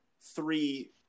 three